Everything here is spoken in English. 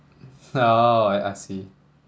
oh I see